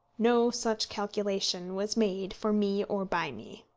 no such calculation was made for me or by me.